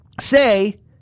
say